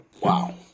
Wow